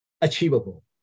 achievable